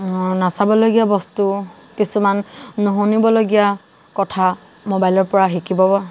নাচাবলগীয়া বস্তু কিছুমান নুশুনিবলগীয়া কথা মোবাইলৰ পৰা শিকিব